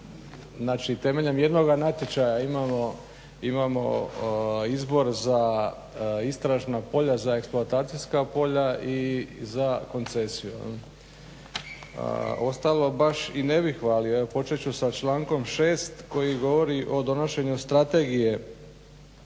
temeljem jednog natječaja imamo izbor za istražna polja, za eksploatacijska polja i za koncesiju. A ostalo baš i ne bih hvalio. Evo počet ću sa člankom 6. koji govori o donošenju strategije